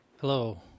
Hello